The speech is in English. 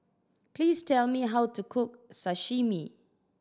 please tell me how to cook Sashimi